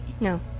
No